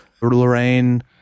Lorraine